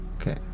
Okay